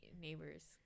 neighbors